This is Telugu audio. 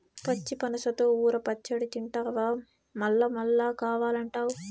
పచ్చి పనసతో ఊర పచ్చడి తింటివా మల్లమల్లా కావాలంటావు